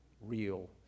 real